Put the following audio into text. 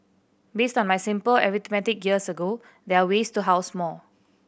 based on my simple arithmetic years ago there are ways to house more